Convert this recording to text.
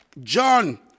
John